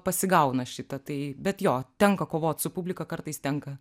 pasigauna šitą tai bet jo tenka kovot su publika kartais tenka